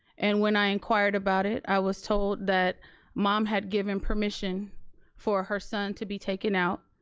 and when i inquired about it, i was told that mom had given permission for her son to be taken out.